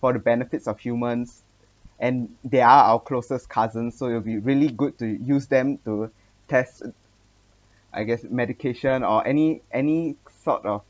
for the benefits of humans and they are our closest cousin so it would be really good to use them to tests I guess medication or any any sort of